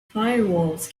firewalls